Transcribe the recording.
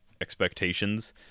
expectations